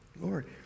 Lord